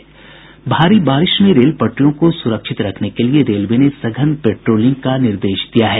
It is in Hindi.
भारी बारिश में रेल पटरियों को सुरक्षित रखने के लिए रेलवे ने सघन पेट्रोलिंग का निर्देश दिया है